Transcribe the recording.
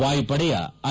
ವಾಯುಪಡೆಯ ಐ